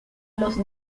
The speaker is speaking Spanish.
los